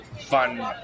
fun